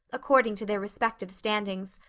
according to their respective standings.